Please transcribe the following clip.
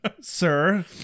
sir